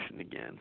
again